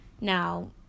Now